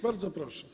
Bardzo proszę.